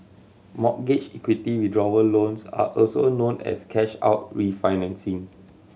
mortgage equity withdrawal loans are also known as cash out refinancing